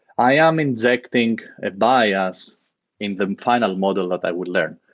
i am injecting a bias in the final model that i would learn.